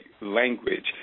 language